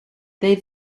they